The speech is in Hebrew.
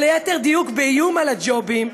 או ליתר דיוק באיום על הג'ובים,